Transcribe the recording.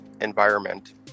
environment